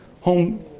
home